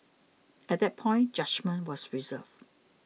at that point judgement was reserved